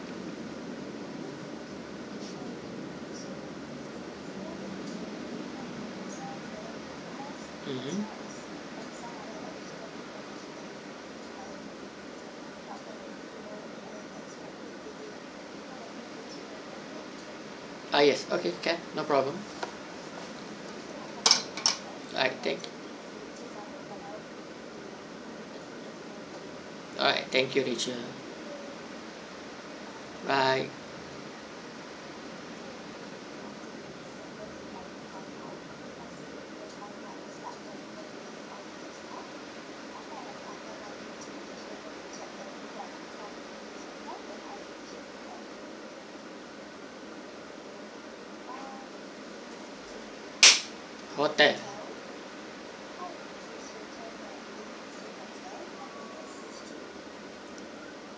mmhmm ah yes okay can no problem okay alright thank you rachel bye hotel